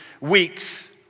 weeks